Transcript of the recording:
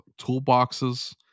toolboxes